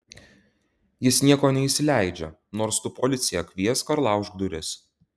jis nieko neįsileidžia nors tu policiją kviesk ar laužk duris